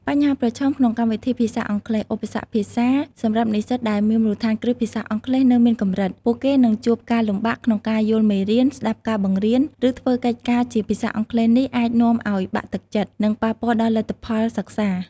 បញ្ហាប្រឈមក្នុងកម្មវិធីភាសាអង់គ្លេស ឧបសគ្គភាសា សម្រាប់និស្សិតដែលមានមូលដ្ឋានគ្រឹះភាសាអង់គ្លេសនៅមានកម្រិត ពួកគេនឹងជួបការលំបាកក្នុងការយល់មេរៀន ស្តាប់ការបង្រៀន ឬធ្វើកិច្ចការជាភាសាអង់គ្លេស នេះអាចនាំឱ្យបាក់ទឹកចិត្ត និងប៉ះពាល់ដល់លទ្ធផលសិក្សា។